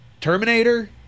Terminator